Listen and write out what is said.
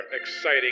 exciting